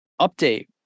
update